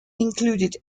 included